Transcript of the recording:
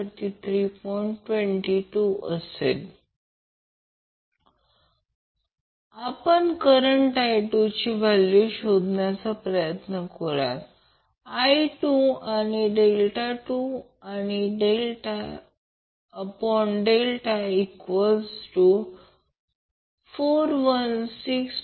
22° आपण current I2 ची value शोधण्याचा प्रयत्न करूया